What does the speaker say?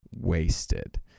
wasted